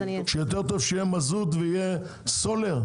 שיותר טוב שיהיה מזוט ויהיה סולר.